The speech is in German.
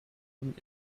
von